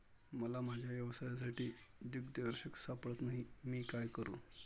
मला माझ्या व्यवसायासाठी दिग्दर्शक सापडत नाही मी काय करू?